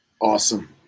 Awesome